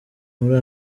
muri